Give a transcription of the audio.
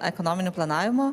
ekonominiu planavimu